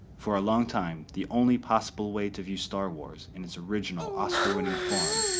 for a long time, the only possible way to view star wars in its original, oscar-winning form,